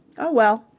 oh, well!